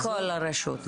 הכול רשות.